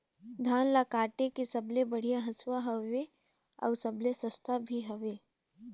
धान ल काटे के सबले बढ़िया हंसुवा हवये? अउ सबले सस्ता भी हवे?